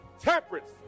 temperance